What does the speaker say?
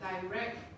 direct